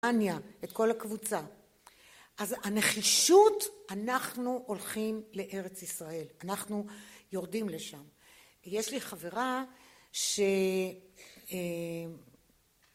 אניה את כל הקבוצה אז הנחישות אנחנו הולכים לארץ ישראל אנחנו יורדים לשם יש לי חברה